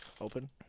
Open